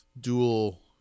dual